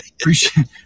appreciate